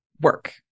work